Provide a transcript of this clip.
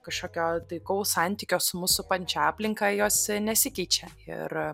kažkokio taikaus santykio su mus supančia aplinka jos nesikeičia ir